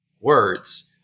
words